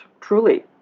truly